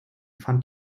fand